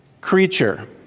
creature